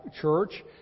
church